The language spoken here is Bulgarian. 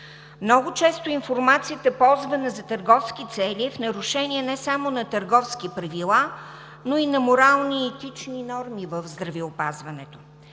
Много често информацията, ползвана за търговски цели, е в нарушение не само на търговски правила, но и на морални и етични норми в здравеопазването.